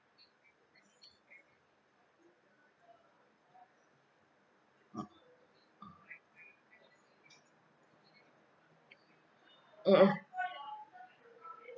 mmhmm